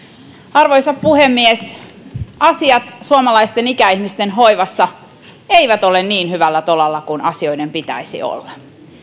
arvoisa puhemies asiat suomalaisten ikäihmisten hoivassa eivät ole niin hyvällä tolalla kuin asioiden pitäisi olla